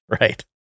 right